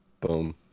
Boom